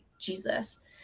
Jesus